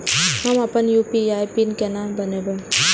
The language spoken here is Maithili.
हम अपन यू.पी.आई पिन केना बनैब?